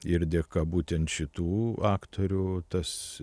ir dėka būtent šitų aktorių tas